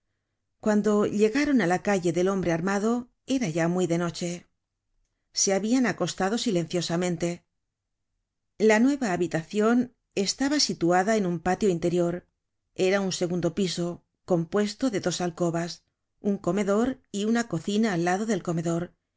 cuando llegaron á la calle del hombre armado era ya muy de noche se habian acostado silenciosamente la nueva habitacion estaba situada en un patio interior era un segundo piso compuesto de dos alcobas un comedor y una cocina al lado del comedor y